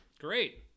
great